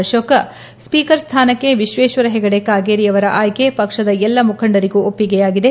Ashoka speaker ಸ್ಥಾನಕ್ಕೆ ವಿಶ್ವೇಶ್ವರ ಹೆಗಡೆ ಕಾಗೇರಿಯವರ ಆಯ್ಲೆ ಪಕ್ಷದ ಎಲ್ಲ ಮುಖಂಡರಿಗೂ ಒಪ್ಪಿಗೆಯಾಗಿದೆ